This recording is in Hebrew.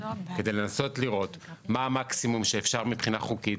כדי לנסות לראות מה המקסימום שאפשר מבחינה חוקית